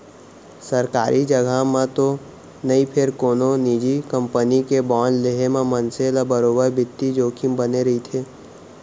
सरकारी जघा म तो नई फेर कोनो निजी कंपनी के बांड लेहे म मनसे ल बरोबर बित्तीय जोखिम बने रइथे